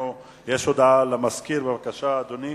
הודעה לסגן המזכיר, בבקשה, אדוני.